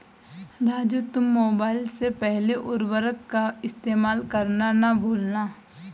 राजू तुम मोबाइल से पहले उर्वरक का इस्तेमाल करना ना भूलना